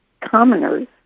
commoners